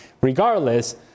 Regardless